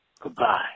Goodbye